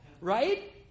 Right